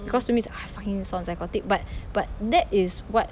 because to me is I fucking sound psychotic but but that is what